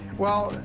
well,